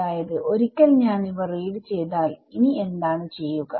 അതായത് ഒരിക്കൽ ഞാൻ ഇവ റീഡ് ചെയ്താൽ ഇനി എന്താണ് ചെയ്യുക